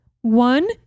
one